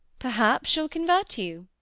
perhaps she'll convert you.